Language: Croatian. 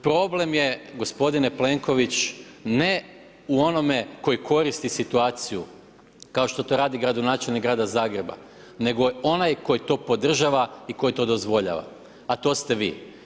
Problem je gospodine Plenković ne u onome koji koristi situaciju, kao što to radi gradonačelnik grada Zagreba, nego onaj koji to podržava i koji to dozvoljava, a to ste vi.